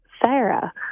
Sarah